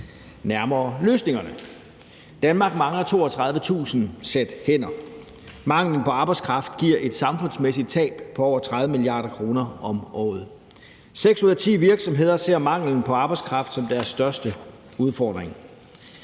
nærmere løsningerne. Danmark mangler 32.000 sæt hænder. Manglen på arbejdskraft giver et samfundsmæssigt tab på over 30 mia. kr. om året. Seks ud af ti virksomheder ser manglen på arbejdskraft som deres største udfordring.